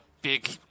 big